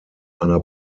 einer